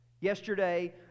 Yesterday